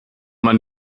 man